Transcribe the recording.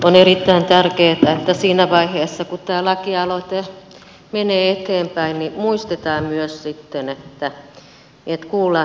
on erittäin tärkeätä että siinä vaiheessa kun tämä lakialoite menee eteenpäin niin muistetaan myös sitten että kuullaan vammaisia